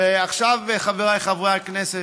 ועכשיו, חבריי חברי הכנסת,